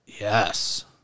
Yes